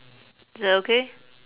is that okay